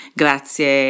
grazie